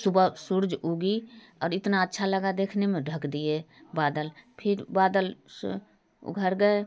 सुबह सूरज उगा और इतना अच्छा लगा देखने में ढक दिए बादल फिर बादल घर गए